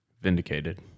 Vindicated